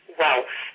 wealth